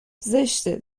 زشته